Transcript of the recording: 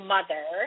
Mother